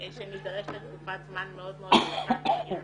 שנידרש לתקופת זמן מאוד מאוד ארוכה.